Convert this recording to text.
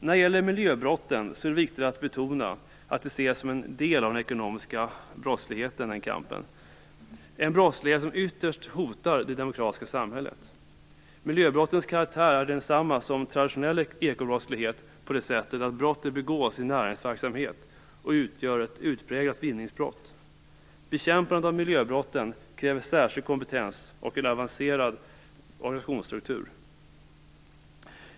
När det gäller kampen mot miljöbrotten är det viktigt att betona att de ses som en del av kampen mot den ekonomiska brottsligheten. Detta är en brottslighet som ytterst hotar det demokratiska samhället. Miljöbrotten har samma karaktär som traditionell ekobrottslighet på så sätt att brottet begås i näringsverksamhet och utgör ett utpräglat vinningsbrott. Bekämpandet av miljöbrotten kräver särskild kompetens och en avancerad organisationsstruktur.